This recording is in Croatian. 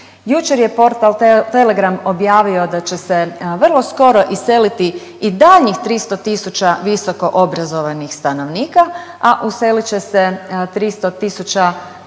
Jučer je portal Telegram objavio da će se vrlo skoro iseliti i daljnjih 300 tisuća visokoobrazovanih stanovnika, a uselit će se 300